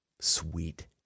Sweet